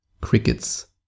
Crickets